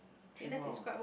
three more